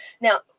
Now